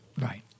Right